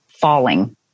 falling